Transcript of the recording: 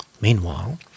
meanwhile